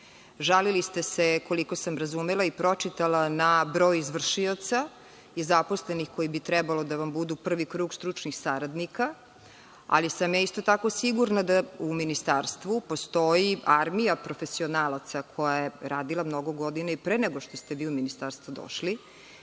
Žalili ste se, koliko sam razumela i pročitala, na broj izvršioca i zaposlenih koji bi trebalo da vam budu prvi krug stručnih saradnika, ali sam ja isto tako sigurna da u Ministarstvu postoji armija profesionalaca koja je radila mnogo godina i pre nego što ste vi u Ministarstvo došli